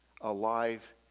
alive